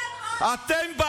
זה מה